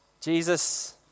Jesus